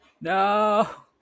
no